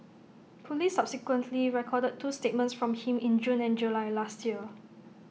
Police subsequently recorded two statements from him in June and July last year